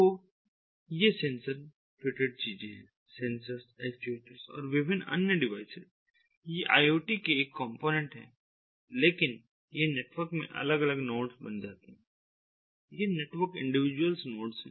तो ये sensor fitted चीजें सेंसर्स एक्चुएटर्स और विभिन्न अन्य डिवाइसेस ये IoT के एक कॉम्पोनेंट हैं लेकिन ये नेटवर्क में अलग अलग नोड्स बन जाते हैं ये नेटवर्क में इंडिविजुअल नोड्स हैं